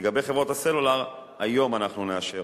לגבי חברת סלולר, היום אנחנו נאשר.